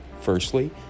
firstly